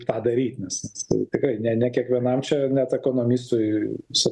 tą daryt nes tik ne ne kiekvienam čia net ekonomistui su